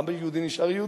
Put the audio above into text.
העם היהודי נשאר יהודי.